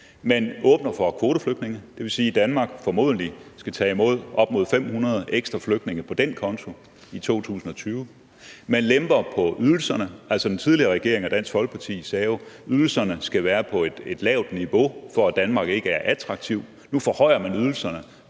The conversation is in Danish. Man åbner for kvoteflygtninge, og det vil sige, at Danmark formodentlig skal tage imod op mod 500 ekstra flygtninge på den konto i 2020. Man lemper på ydelserne. Altså, den tidligere regering og Dansk Folkeparti sagde jo, at ydelserne skal være på et lavt niveau, for at Danmark ikke er attraktivt. Nu forhøjer man ydelserne,